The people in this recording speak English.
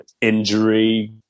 injury